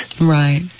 Right